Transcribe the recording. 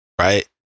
right